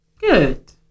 good